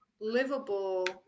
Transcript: livable